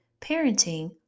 parenting